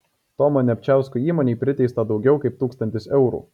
tomo nemčiausko įmonei priteista daugiau kaip tūkstantis eurų